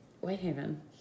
Whitehaven